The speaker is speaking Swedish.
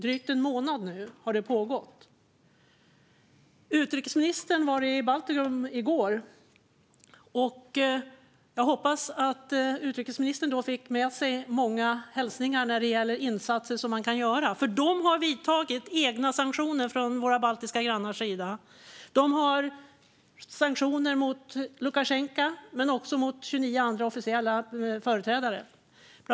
Det har nu pågått under drygt en månad. Utrikesministern var i går i Baltikum. Jag hoppas att hon då fick med sig många hälsningar vad gäller insatser som man kan göra. Våra baltiska grannar har infört egna sanktioner. De har sanktioner mot Lukasjenko men även mot bland annat 29 andra officiella företrädare.